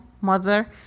mother